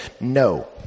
No